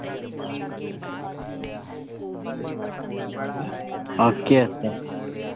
हाँ किया है स